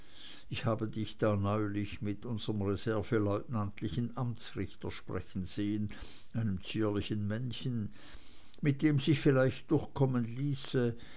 ich habe dich da neulich mit unserem reserveleutnantlichen amtsrichter sprechen sehen einem zierlichen männchen mit dem sich vielleicht durchkommen ließe